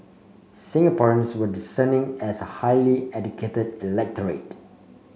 Singaporeans were discerning as a highly educated electorate